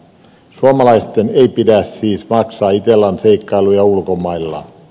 suomalaisten ei pidä siis maksaa itellan seikkailuja ulkomailla